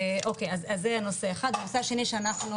אז זה נושא אחד, הנושא השני שאנחנו